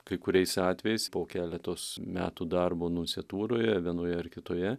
kai kuriais atvejais po keletos metų darbo nunciatūroje vienoje ar kitoje